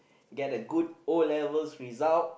get a good O-levels result